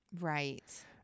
right